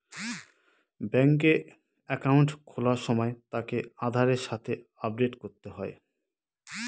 ব্যাঙ্কে একাউন্ট খোলার সময় তাকে আধারের সাথে আপডেট করতে হয়